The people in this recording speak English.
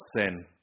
sin